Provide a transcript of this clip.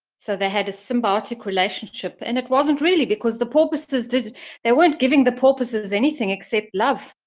so, they had a symbiotic relationship, and it wasn't really because the porpoises did they weren't giving the porpoises anything, except love.